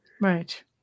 Right